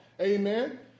Amen